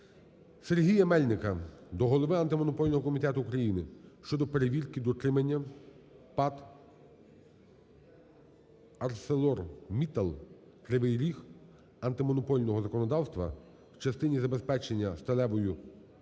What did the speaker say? Сергія Мельника до голови Антимонопольного комітету України щодо перевірки дотримання ПАТ "АрселорМіттал Кривий Ріг" антимонопольного законодавства в частині забезпечення сталевою катанкою